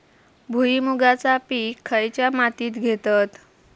भुईमुगाचा पीक खयच्या मातीत घेतत?